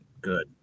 Good